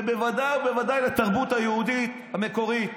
ובוודאי ובוודאי לתרבות היהודית המקורית.